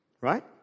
right